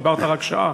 דיברת רק שעה.